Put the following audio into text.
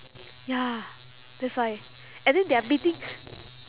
ya that's why and then they are meeting